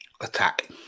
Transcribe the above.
Attack